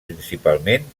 principalment